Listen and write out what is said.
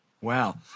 Wow